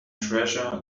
treasure